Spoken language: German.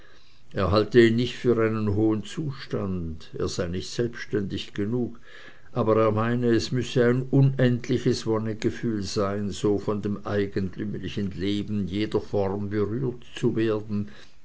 er halte ihn nicht für einen hohen zustand er sei nicht selbständig genug aber er meine es müsse ein unendliches wonnegefühl sein so von dem eigentümlichen leben jeder form berührt zu werden